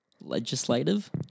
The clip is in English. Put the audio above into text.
legislative